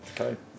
Okay